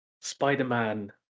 Spider-Man